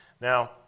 Now